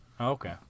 Okay